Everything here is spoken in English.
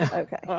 and okay. yeah